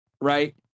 right